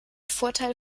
vorteil